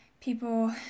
people